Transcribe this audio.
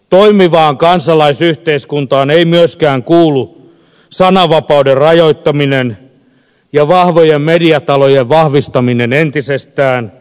toimivaan kansalaisyhteiskuntaan ei myöskään kuulu sananvapauden rajoittaminen ja vahvojen mediatalojen vahvistaminen entisestään